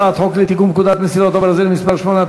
הצעת חוק לתיקון פקודת מסילות הברזל (מס' 8),